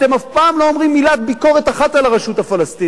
אתם אף פעם לא אומרים מילת ביקורת אחת על הרשות הפלסטינית,